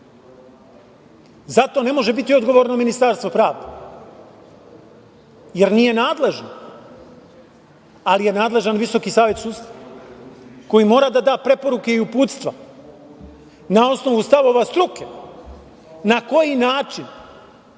Zato ne može biti odgovorno Ministarstvo pravde, jer nije nadležno, ali je nadležan Visoki savet sudstva, koji mora da da preporuke i uputstva na osnovu stavova struke, na koji način